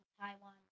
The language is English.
Taiwan